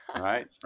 right